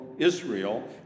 Israel